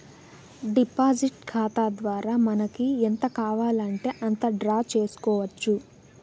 deposit ఖాతా ద్వారా మనకి ఎంత కావాలంటే అంత డ్రా చేసుకోవచ్చు